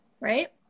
right